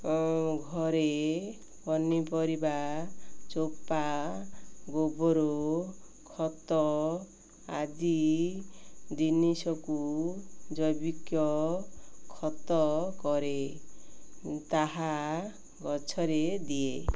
ଘରେ ପନିପରିବା ଚୋପା ଗୋବର ଖତ ଆଦି ଜିନିଷକୁ ଜୈବିକ ଖତ କରେ ତାହା ଗଛରେ ଦିଏ